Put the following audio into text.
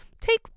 take